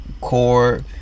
core